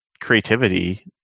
creativity